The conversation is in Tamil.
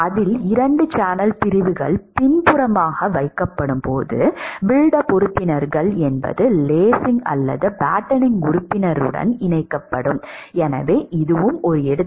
அதில் இரண்டு சேனல் பிரிவுகள் பின்புறமாக வைக்கப்படும் போது பில்ட் அப் உறுப்பினர்கள் என்பது லேசிங் அல்லது பேட்டனிங் உறுப்பினருடன் இணைக்கப்படும் எனவே இது ஒரு எடுத்துக்காட்டு